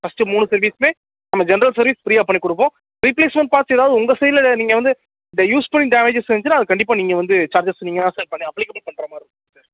first மூணு சர்வீஸ்ஸுமே நம்ம ஜென்ரல் சர்வீஸ் ஃபிரீயாக பண்ணிக்கொடுப்போம் ரீப்ளேஸ்மெண்ட் பார்ட்ஸ் ஏதாவது உங்கள் சைட்டில் நீங்கள் வந்து இந்த யூஸ் பண்ணி டேமேஜஸ் வந்துச்சுன்னால் அதை கண்டிப்பாக நீங்கள் வந்து சார்ஜஸ் நீங்கள் தான் சார் பண் அப்ளிகபுள் பண்ணுற மாதிரி இருக்கும் சார்